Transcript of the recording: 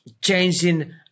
changing